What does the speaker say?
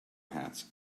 hats